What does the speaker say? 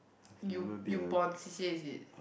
you you pon C_C_A is it